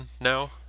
now